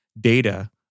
data